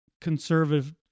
conservative